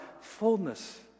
fullness